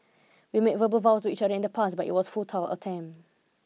we made verbal vows to each other in the past but it was futile attempt